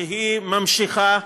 שהיא הממשיכה